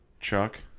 Chuck